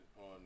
on